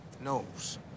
knows